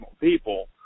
people